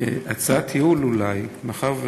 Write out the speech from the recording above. עמרם